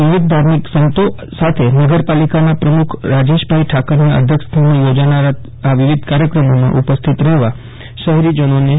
વિવિધ ધાર્મિક સંતો સાથે નગરપાલિકાના પ્રમુખ રાજેશ ઠાકરના અધ્યક્ષ સ્થાને યોજાનારા તમામ કાર્યક્રમોમાં ઉપસ્થિત રહેવા શહેરીજનોને જણાવાયું છે